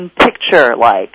picture-like